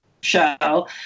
show